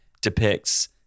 depicts